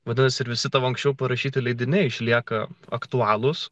vadinasi ir visi tavo anksčiau parašyti leidiniai išlieka aktualūs